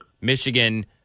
Michigan